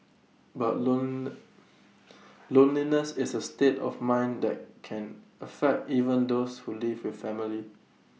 but lonely loneliness is A state of mind that can affect even those who live with family